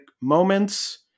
moments